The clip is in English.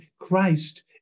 Christ